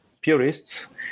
purists